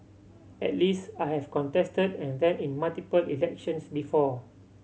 at least I have contested and ran in multiple elections before